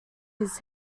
his